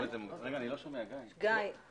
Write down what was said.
אבל